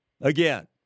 again